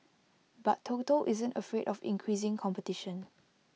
but total isn't afraid of increasing competition